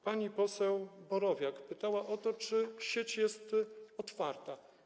Pani poseł Borowiak pytała o to, czy sieć jest otwarta.